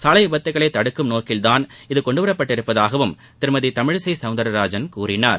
சாலை விபத்துகளை தடுக்கும் நோக்கில் தான் இது கொண்டுவரப்பட்டுள்ளதாகவும் திருமதி தமிழிசை சௌந்தரராஜன் கூறினார்